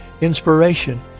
inspiration